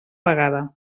vegada